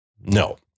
No